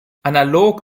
analog